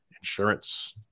insurance